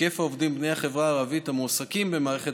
היקף העובדים בני החברה הערבית המועסקים במערכת